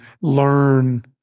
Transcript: Learn